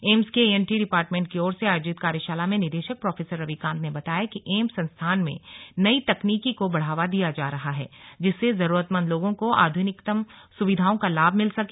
AIIMS के ENT department की ओर से आयोजित कार्यशाला में निदेशक प्रोफेसर रविकांत ने बताया कि एम्स संस्थान में नई तकनीकी को बढ़ावा दिया जा रहा है जिससे जरूरतमंद लोगों को आध्रनिकतम सुविधाओं का लाभ मिल सके